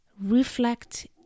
reflect